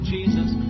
Jesus